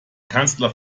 kanzler